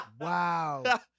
Wow